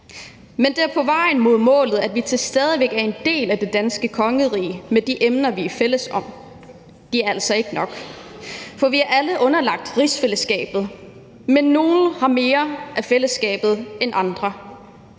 Men på vejen mod målet er vi til stadighed en del af det danske kongerige med de emner, vi er fælles om, og det er altså ikke nok. For vi er alle underlagt rigsfællesskabet, men nogle har mere af fællesskabet end andre.